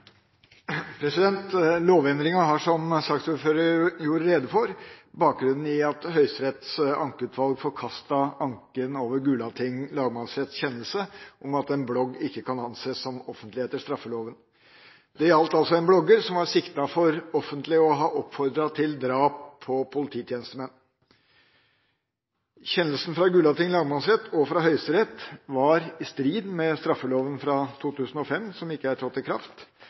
lovendringa har, som saksordføreren gjorde rede for, bakgrunn i at Høyesteretts ankeutvalg forkastet anken over Gulating lagmannsretts kjennelse om at en blogg ikke kan anses som offentlig etter straffeloven. Det gjaldt altså en blogger som var siktet for offentlig å ha oppfordret til drap på polititjenestemenn. Kjennelsen fra Gulating lagmannsrett og fra Høyesterett var i strid med straffeloven av 2005, som ikke er trådt i kraft,